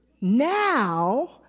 Now